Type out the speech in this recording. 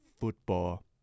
football